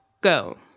go